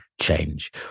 change